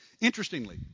Interestingly